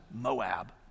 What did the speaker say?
Moab